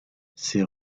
ces